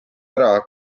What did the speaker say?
ära